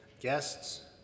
guests